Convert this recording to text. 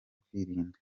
kwirinda